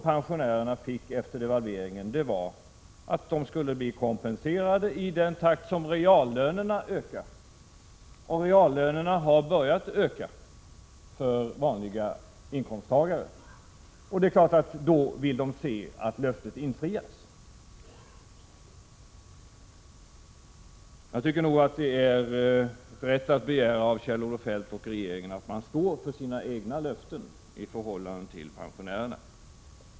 Pensionärerna fick efter devalveringen löftet att de skulle bli kompenserade i den takt som reallönerna ökar. Reallönerna har börjat öka för vanliga inkomsttagare. Och då vill pensionärerna att löftet infrias. Pensionärerna har rätt att begära av Kjell-Olof Feldt och regeringen i övrigt att man står för sina egna löften till pensionärerna.